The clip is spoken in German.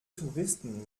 touristen